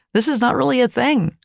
this is not really a thing.